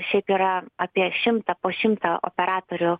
šiaip yra apie šimtą po šimtą operatorių